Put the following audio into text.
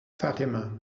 fatima